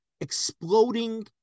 exploding